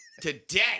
Today